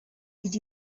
did